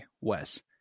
Wes